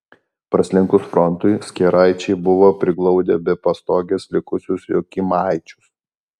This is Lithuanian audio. praslinkus frontui skėraičiai buvo priglaudę be pastogės likusius jokymaičius